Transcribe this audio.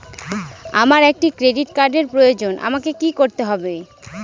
আমার একটি ক্রেডিট কার্ডের প্রয়োজন আমাকে কি করতে হবে?